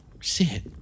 Sit